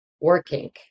working